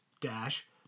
Dash